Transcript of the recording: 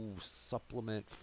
Supplement